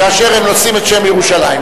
כאשר הם נושאים את שם ירושלים.